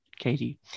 Katie